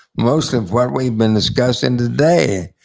most of what we've been discussing today,